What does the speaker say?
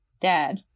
Dad